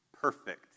perfect